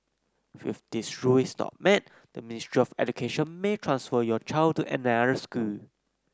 if this rule is not met the Ministry of Education may transfer your child to another school